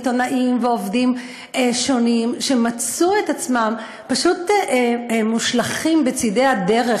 עיתונאים ועובדים שונים שמצאו את עצמם פשוט מושלכים בצד הדרך,